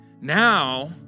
Now